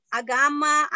agama